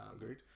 Agreed